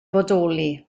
bodoli